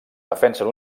defensen